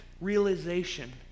realization